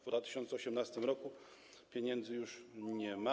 W 2018 r. pieniędzy już nie ma.